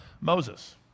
Moses